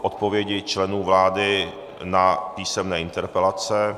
Odpovědi členů vlády na písemné interpelace